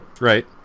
Right